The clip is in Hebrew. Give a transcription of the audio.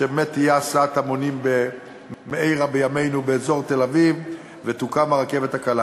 אבל איך נוכל לתת הזדמנות למגזר כמו המגזר החרדי?